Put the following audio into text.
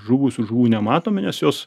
žuvusių žuvų nematome nes jos